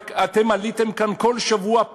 אתם עליתם כאן כל שבוע,